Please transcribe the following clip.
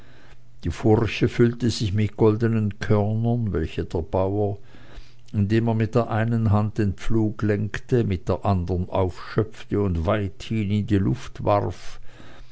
die furche füllte sich mit goldenen körnern welcher der bauer indem er mit der einen hand den pflug lenkte mit der anderen aufschöpfte und weithin in die luft warf